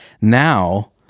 Now